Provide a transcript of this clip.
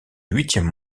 huitième